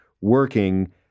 working